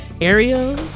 area